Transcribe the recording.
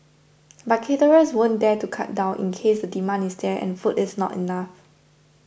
but caterers wouldn't dare to cut down in case the demand is there and food is not enough